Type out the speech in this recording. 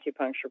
acupuncture